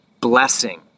blessing